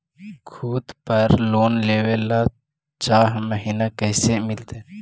खूत पर लोन लेबे ल चाह महिना कैसे मिलतै?